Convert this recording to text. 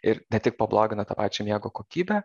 ir ne tik pablogina tą pačią miego kokybę